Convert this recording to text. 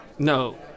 No